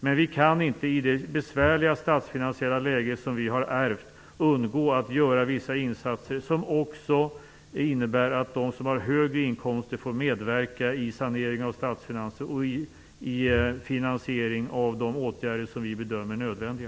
Men vi kan inte i det besvärliga statsfinansiella läge som vi har ärvt undgå att göra vissa insatser, som innebär att också de som har högre inkomster får medverka i saneringen av statsfinanserna och i finansieringen av de åtgärder som vi bedömer nödvändiga.